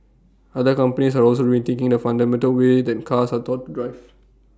other companies are also rethinking the fundamental way that cars are taught drive